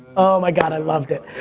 oh my god, i loved it.